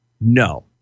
No